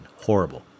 Horrible